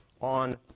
on